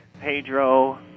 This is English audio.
Pedro